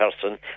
person